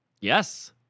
Yes